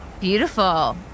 Beautiful